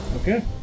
Okay